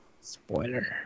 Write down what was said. Spoiler